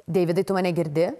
deividai tu mane girdi